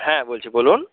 হ্যাঁ বলছি বলুন